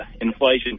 inflation